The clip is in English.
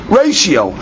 ratio